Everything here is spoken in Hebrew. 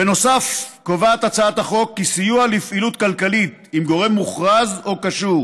בנוסף קובעת הצעת החוק כי סיוע לפעילות כלכלית עם גורם מוכרז או קשור